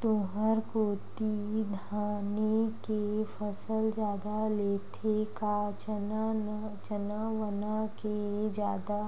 तुंहर कोती धाने के फसल जादा लेथे का चना वना के जादा